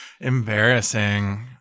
Embarrassing